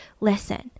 listen